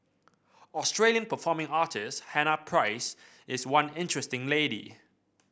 Australian performing artist Hannah Price is one interesting lady